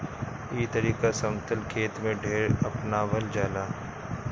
ई तरीका समतल खेत में ढेर अपनावल जाला